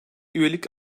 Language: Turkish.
üyelik